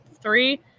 three